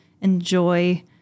enjoy